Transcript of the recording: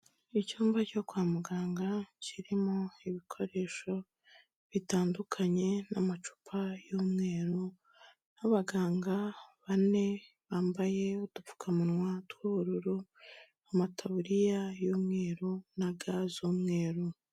Icyumba cyo kwa muganga, kirimo ibikoresho bitandukanye n'amacupa y'umweru n'abaganga bane, bambaye udupfukamunwa tw'ubururu, amataburiya y'umweru na ga z'umweru.